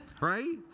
Right